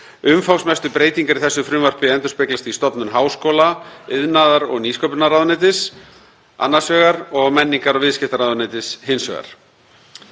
Umfangsmestu breytingar í þessu frumvarpi endurspeglast í stofnun háskóla-, iðnaðar- og nýsköpunarráðuneytis annars vegar og menningar- og viðskiptaráðuneytis hins vegar.